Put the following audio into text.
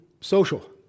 social